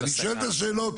אני שואל את השאלות,